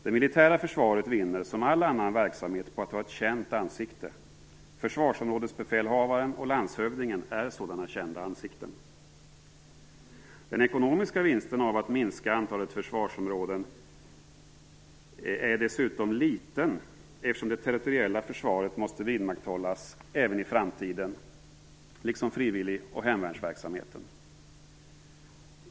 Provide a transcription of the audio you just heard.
Det militära försvaret vinner, som all annan verksamhet, på att ha ett känt ansikte. Försvarsområdesbefälhavaren och landshövdingen är sådana kända ansikten. Den ekonomiska vinsten av att minska antalet försvarsområden är dessutom liten, eftersom det territoriella försvaret måste vidmakthållas även i framtiden, liksom frivillig och hemvärnsverksamheten.